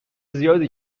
زیادی